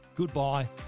Goodbye